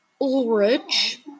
Ulrich